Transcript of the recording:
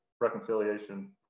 reconciliation